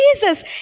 Jesus